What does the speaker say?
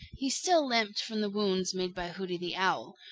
he still limped from the wounds made by hooty the owl.